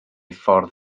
ffordd